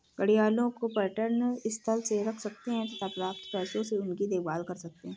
घड़ियालों को पर्यटन स्थल में रख सकते हैं तथा प्राप्त पैसों से उनकी देखभाल कर सकते है